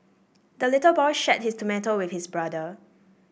the little boy shared his tomato with his brother